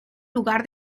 lugar